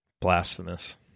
Blasphemous